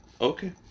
Okay